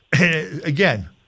again